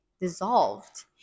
dissolved